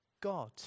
God